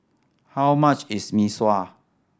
how much is Mee Sua